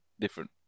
different